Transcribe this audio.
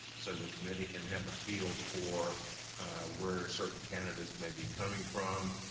so the committee can have a feel for where certain candidates may be coming from.